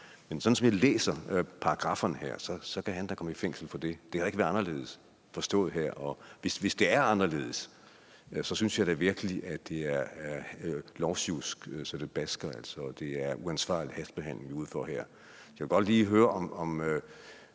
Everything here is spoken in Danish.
men sådan som jeg læser paragrafferne i det her forslag, kan han da komme i fængsel for det. Det kan da ikke forstås anderledes. Og hvis det er anderledes, synes jeg virkelig, at det er lovsjusk, så det basker, og uansvarlig hastebehandling, vi er ude for her. Så jeg vil godt lige høre, om